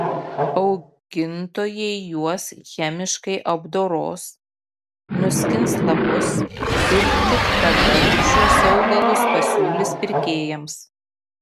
augintojai juos chemiškai apdoros nuskins lapus ir tik tada šiuos augalus pasiūlys pirkėjams